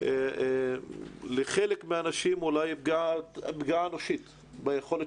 עבור חלק מהאנשים אולי פגיעה אנושה ביכולת